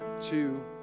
two